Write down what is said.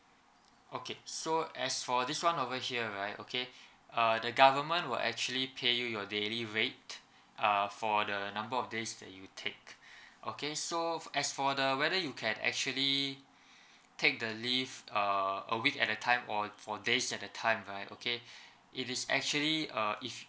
okay so as for this one over here right okay err the government will actually pay you your daily rate err for the number of days that you take okay so for as for the whether you can actually take the leave err a week at a time or days at a time right okay it is actually uh if